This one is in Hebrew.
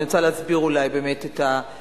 אבל אני רוצה להסביר באמת את התמונה,